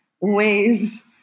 ways